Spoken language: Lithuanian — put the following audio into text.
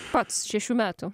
pats šešių metų